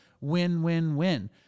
win-win-win